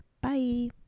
Bye